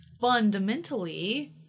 fundamentally